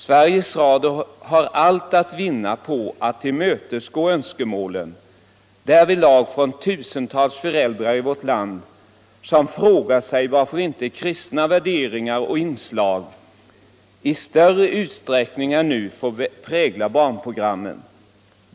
Sveriges Radio har allt att vinna på att tillmötesgå önskemålen därvidlag från tusentals föräldrar i vårt land som frågar sig varför inte kristna värderingar och inslag i större utsträckning in nu får prägla barnprogrammen.